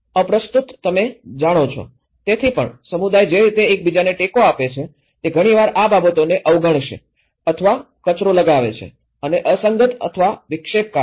અપ્રસ્તુત તમે જાણો છો તેથી પણ સમુદાય જે રીતે એકબીજાને ટેકો આપે છે તે ઘણીવાર આ બાબતોને અવગણશે અથવા કચરો લગાવે છે અને અસંગત અથવા વિક્ષેપકારક છે